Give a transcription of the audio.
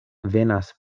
venas